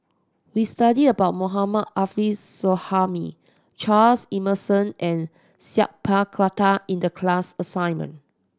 we studied about Mohammad Arif Suhaimi Charles Emmerson and Sat Pal Khattar in the class assignment